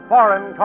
Foreign